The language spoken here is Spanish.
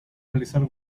realizar